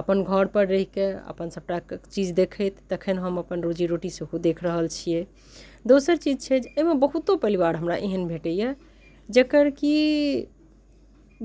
अपन घरपर रहि कऽ अपन सभटा चीज देखैत तखन हम अपन रोजी रोटी सेहो देख रहल छियै दोसर चीज छै एहिमे बहुतो परिवार हमरा एहन भेटैए जकर कि